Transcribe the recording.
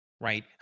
right